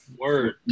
Word